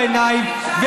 בעיניים,